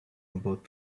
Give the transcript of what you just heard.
about